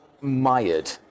mired